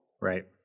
Right